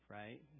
right